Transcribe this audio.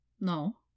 No